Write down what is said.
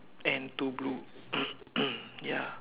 and two blue ya